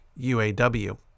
UAW